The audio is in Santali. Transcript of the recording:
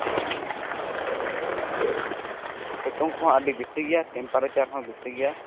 ᱥᱤᱛᱩᱝ ᱠᱚᱸᱦᱚ ᱟᱹᱰᱤ ᱵᱮᱥᱤ ᱜᱮᱭᱟ ᱴᱮᱢᱯᱟᱨᱮᱪᱟᱨ ᱦᱚᱸ ᱟᱹᱰᱤ ᱵᱮᱥᱤ ᱜᱮᱭᱟ